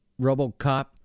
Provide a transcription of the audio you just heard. Robocop